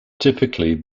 typically